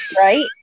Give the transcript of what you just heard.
right